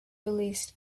released